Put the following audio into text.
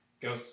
go